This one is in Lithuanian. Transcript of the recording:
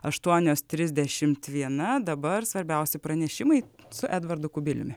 aštuonios trisdešim viena dabar svarbiausi pranešimai su edvardu kubiliumi